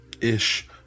ish